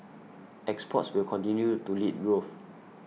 exports will continue to lead growth